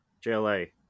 jla